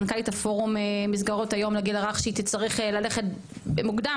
מנכ"לית הפורום מסגרות היום לגיל הרך שהיא תצטרך ללכת מוקדם,